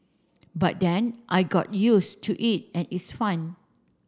but then I got used to it and its fun